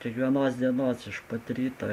kiekvienos dienos iš pat ryto